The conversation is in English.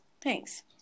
Thanks